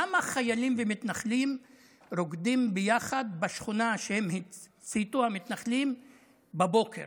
למה חיילים ומתנחלים רוקדים ביחד בשכונה שהציתו המתנחלים בבוקר?